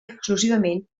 exclusivament